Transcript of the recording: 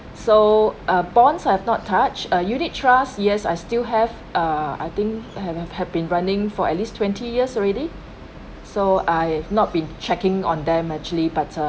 so uh bonds I've not touch uh unit trust yes I still have err I think haven't had been running for at least twenty years already so I've not been checking on them actually but err